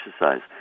exercise